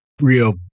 real